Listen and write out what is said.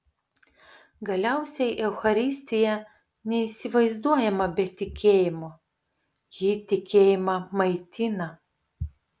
galiausiai eucharistija neįsivaizduojama be tikėjimo ji tikėjimą maitina